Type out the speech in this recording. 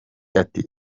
ati